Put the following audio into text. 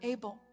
Abel